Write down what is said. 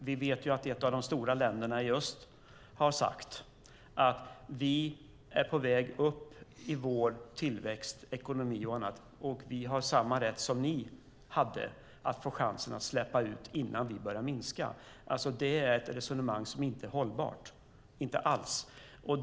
Vi vet att ett av de stora länderna i öst har sagt att de är på väg upp i tillväxt, ekonomi och annat och har samma rätt som vi hade att få chansen att släppa ut innan de börjar minska. Det är ett resonemang som inte alls är hållbart.